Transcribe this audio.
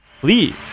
please